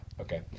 okay